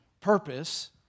purpose